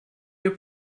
your